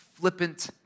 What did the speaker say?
flippant